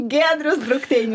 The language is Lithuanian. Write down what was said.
giedrius drukteinis